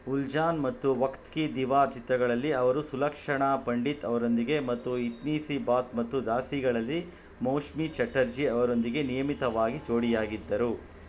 ಉಲ್ಜನ್ ಮತ್ತು ವಕ್ತ್ ಕಿ ದೀವಾರ್ ಚಿತ್ರಗಳಲ್ಲಿ ಅವರು ಸುಲಕ್ಷಣಾ ಪಂಡಿತ್ ಅವರೊಂದಿಗೆ ಮತ್ತು ಇತ್ನೀ ಸಿ ಬಾತ್ ಮತ್ತು ದಾಸಿಗಳಲ್ಲಿ ಮೌಶ್ಮಿ ಚಟರ್ಜಿ ಅವರೊಂದಿಗೆ ನಿಯಮಿತವಾಗಿ ಜೋಡಿಯಾಗಿದ್ದರು